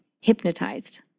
hypnotized